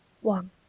one